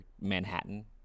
Manhattan